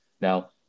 Now